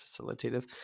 facilitative